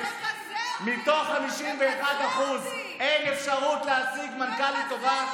מתוך 51% אין אפשרות להשיג מנכ"לית טובה?